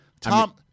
Tom